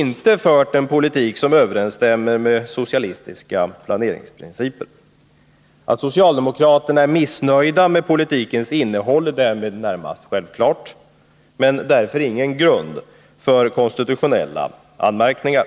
inte fört en politik som överensstämmer med socialistiska planeringsprinciper. Att socialdemokraterna är missnöjda med politikens innehåll är därmed i det närmaste självklart, men därför ingalunda grund för konstitutionella anmärkningar.